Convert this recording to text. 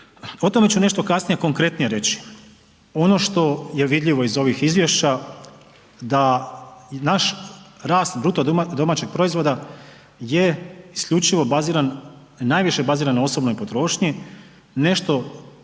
O tome ću nešto kasnije konkretnije reći. Ono što je vidljivo iz ovih izvješća da naš rast BDP-a je isključivo najviše baziran na osobnoj potrošnji, nešto